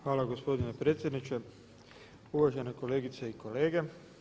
Hvala gospodine predsjedniče, uvažene kolegice i kolege.